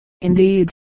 indeed